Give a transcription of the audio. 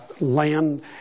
land